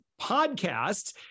podcast